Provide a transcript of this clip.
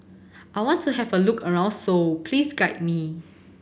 I want to have a look around Seoul please guide me